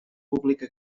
pública